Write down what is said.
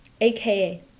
aka